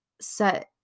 set